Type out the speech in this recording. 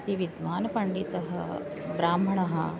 इति विद्वान् पण्डितः ब्राह्मणः